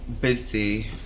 busy